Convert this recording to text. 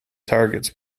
targets